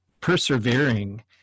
persevering